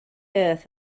earth